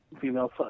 female